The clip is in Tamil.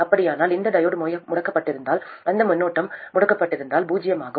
அப்படியானால் இந்த டையோடு முடக்கப்பட்டிருந்தால் இந்த மின்னோட்டம் முடக்கப்பட்டிருப்பதால் பூஜ்ஜியமாகும்